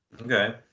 Okay